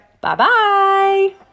Bye-bye